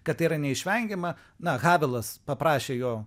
kad tai yra neišvengiama na havelas paprašė jo